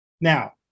Now